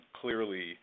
clearly